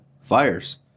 fires